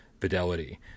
fidelity